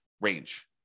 range